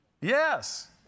Yes